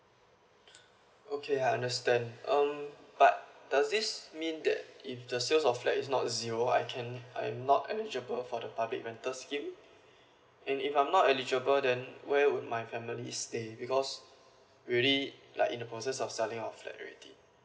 okay I understand um but does this mean that if the sale of flat is not zero I can't I'm not eligible for the public rental scheme and if I'm not eligible then where would my family stay because we already like in the process of selling our flat already